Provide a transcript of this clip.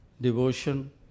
devotion